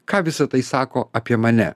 ką visa tai sako apie mane